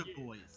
boys